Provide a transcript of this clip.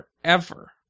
forever